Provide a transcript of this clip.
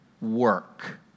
work